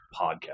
podcast